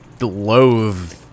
loathe